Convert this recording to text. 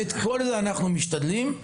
בכל זה אחנו משתדלים לסייע.